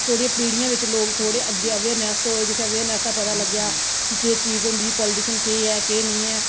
थोह्ड़ी पीढ़ियें च लोक थोह्डे़ अग्गे अवेयरनस होऐ जित्थे अवेयरनेस दा पता लग्गेआ कि केह् चीज होंदी ऐ पाॅलीटिशन केह् ऐ केह् नेईं ऐ